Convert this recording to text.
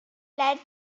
lead